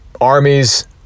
Armies